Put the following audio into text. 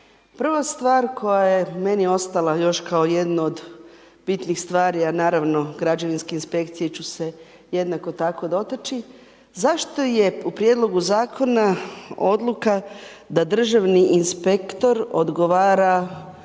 prva stvar koja je meni ostala još kao jedno od bitnih stvari a naravno građevinske inspekcije ću se jednako tako dotaći, zašto je u prijedlogu zakona odluka da državni inspektor odgovara